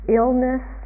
illness